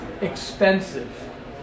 expensive